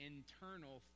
internal